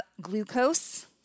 glucose